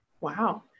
Wow